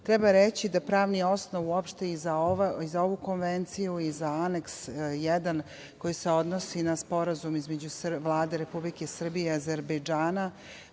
reći da pravni osnov uopšte i za ovu Konvenciju i za Aneks 1, koji se odnosi na Sporazum između Vlade Republike Srbije i Azerbejdžana,